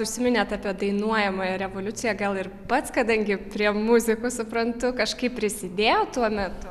užsiminėt apie dainuojamąją revoliuciją gal ir pats kadangi prie muzikos suprantu kažkaip prisidėjot tuo metu